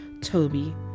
Toby